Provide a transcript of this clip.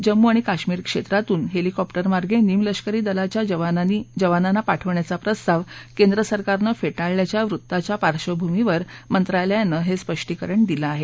जम्मू आणि काश्मीर क्षेत्रातून हेलिकॉप्टरमागें निम लष्करी दलांच्या जवानांनी पाठवण्याचा प्रस्ताव केंद्र सरकारनं फेटाळल्याच्या वृत्ताच्या पार्श्वभूमीवर मंत्रालयानं हे स्पष्टीकरण दिलं आहे